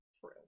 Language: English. True